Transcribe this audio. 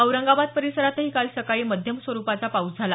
औरंगाबाद परिसरातही काल सकाळी मध्यम स्वरुपाचा पाऊस झाला